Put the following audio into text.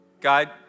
God